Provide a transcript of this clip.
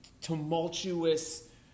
tumultuous –